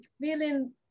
feeling